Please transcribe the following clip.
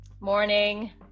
Morning